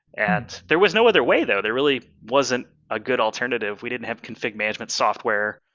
and there was no other way though. there really wasn't a good alternative. we didn't have config management software.